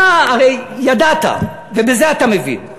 אתה הרי ידעת, ובזה אתה מבין,